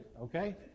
okay